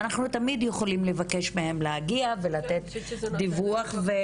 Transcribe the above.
אנחנו תמיד יכולים לבקש מהם להגיע ולתת דיווח.